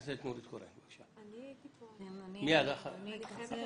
יש לנו אותו שם